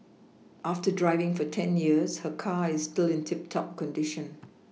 after driving for ten years her car is still in tip top condition